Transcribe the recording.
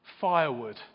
Firewood